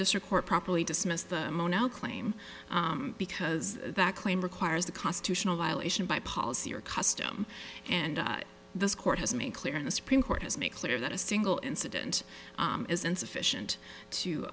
district court properly dismissed the mono claim because that claim requires the constitutional violation by policy or custom and this court has made clear in the supreme court has made clear that a single incident is insufficient t